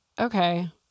okay